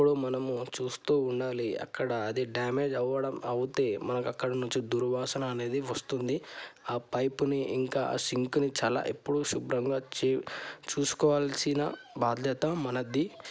ఇప్పుడు మనము చూస్తు ఉండాలి అక్కడ అది డ్యామేజ్ అవ్వడం అయితే మనకు అక్కడ నుంచి దుర్వాసన అనేది వస్తుంది ఆ పైప్ని ఇంకా సింక్ని చాలా ఎప్పుడు శుభ్రంగా చూసుకోవాల్సిన బాధ్యత మనది